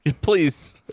Please